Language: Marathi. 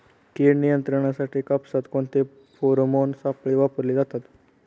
कीड नियंत्रणासाठी कापसात कोणते फेरोमोन सापळे वापरले जातात?